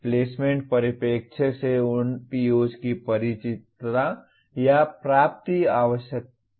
placement परिप्रेक्ष्य से उन POs की परिचितता या प्राप्ति आवश्यक है